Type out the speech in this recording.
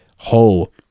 whole